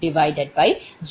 40